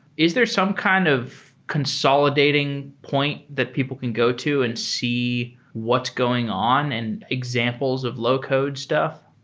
is there some kind of consolidating point that people can go to and see what's going on and examples of low code stuff?